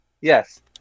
Yes